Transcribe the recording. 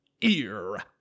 ear